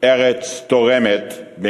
היוצאת הצליחה ישראל לשמור על כלכלה יציבה חרף